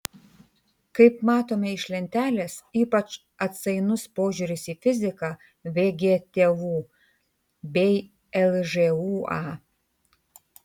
kaip matome iš lentelės ypač atsainus požiūris į fiziką vgtu bei lžūa